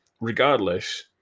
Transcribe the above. regardless